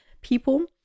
people